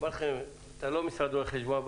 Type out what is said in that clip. אתה לא משרד רואי חשבון,